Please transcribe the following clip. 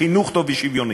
חינוך טוב ושוויוני,